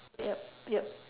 yup yup